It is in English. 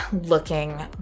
looking